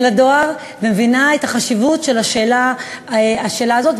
הדואר ומבינה את החשיבות של השאלה הזאת.